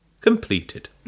completed